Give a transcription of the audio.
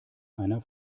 einer